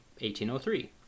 1803